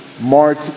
Mark